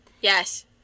Yes